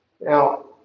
Now